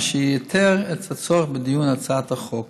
מה שייתר את הצורך בדיון בהצעת החוק.